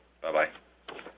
bye-bye